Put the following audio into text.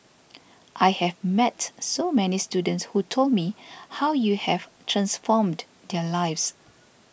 I have met so many students who told me how you have transformed their lives